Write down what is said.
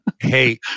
hey